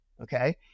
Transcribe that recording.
Okay